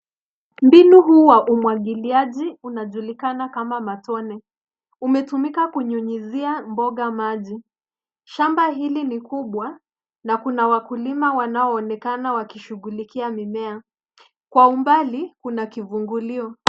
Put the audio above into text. Mbinu huwa umwagiliaji, unajulikana kama matone. Umetumika kunyunyizia mboga maji. Shamba hili ni kubwa na kuna wakulima wanaoonekana wakishughulikia mimea. Kwa umbali kuna kivungulio.